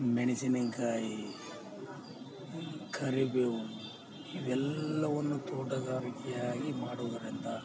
ಮೆಣಸಿನಕಾಯಿ ಕರಿಬೇವು ಇವೆಲ್ಲವನ್ನು ತೋಟದ ವೃತ್ತಿಯಾಗಿ ಮಾಡೋದರಿಂದ